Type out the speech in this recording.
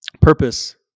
purpose